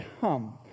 come